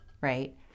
right